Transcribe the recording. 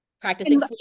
practicing